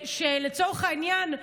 שלצורך העניין,